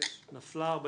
הצבעה בעד